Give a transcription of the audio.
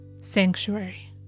sanctuary